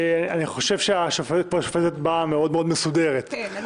השופטת באה מסודרת מאוד.